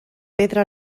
pedra